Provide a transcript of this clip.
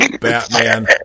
Batman